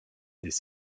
des